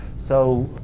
so,